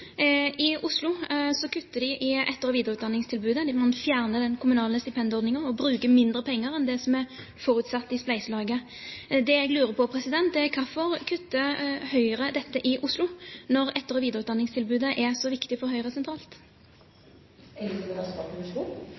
I Oslo kutter Høyre i etter- og videreutdanningstilbudet. De fjerner den kommunale stipendordningen og bruker mindre penger enn det som er forutsatt i spleiselaget. Det jeg lurer på, er: Hvorfor kutter Høyre på dette i Oslo, når etter- og videreutdanningstilbudet er så viktig for Høyre sentralt?